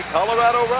Colorado